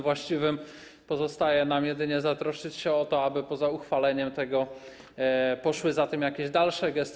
Właściwym pozostaje nam jedynie zatroszczyć się o to, aby poza uchwaleniem poszły za tym jakieś dalsze gesty.